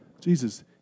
Jesus